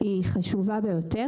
היא חשובה ביותר.